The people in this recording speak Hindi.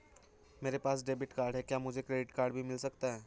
मेरे पास डेबिट कार्ड है क्या मुझे क्रेडिट कार्ड भी मिल सकता है?